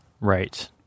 Right